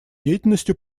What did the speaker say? деятельностью